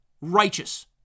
righteous